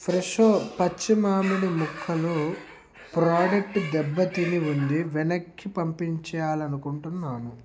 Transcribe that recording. Fresho పచ్చి మామిడి ముక్కలు ప్రొడక్ట్ దెబ్బ తిని ఉంది వెనక్కి పంపించేయాలనుకుంటున్నాను